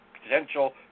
potential